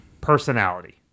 personality